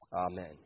Amen